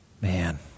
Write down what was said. Man